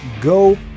go